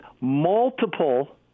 multiple